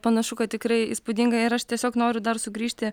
panašu kad tikrai įspūdinga ir aš tiesiog noriu dar sugrįžti